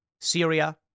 Syria